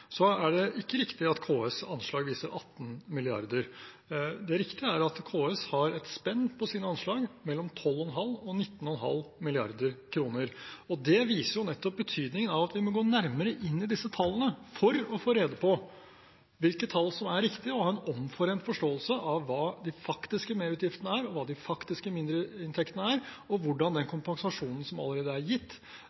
Så er det ikke riktig at KS’ anslag viser 18 mrd. kr. Det riktige er at KS har et spenn i sine anslag mellom 12,5 mrd. kr og 19,5 mrd. kr. Det viser nettopp betydningen av at vi må gå nærmere inn i disse tallene for å få rede på hvilke tall som er riktige, og ha en omforent forståelse av hva de faktiske merutgiftene er, hva de faktiske mindreinntektene er, hvordan den kompensasjonen som allerede er gitt, treffer, og